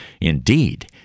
Indeed